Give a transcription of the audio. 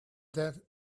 that